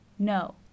No